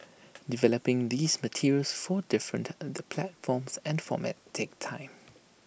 developing these materials for different and the platforms and formats takes time